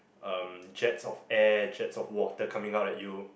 um jets of air jets of water coming out at you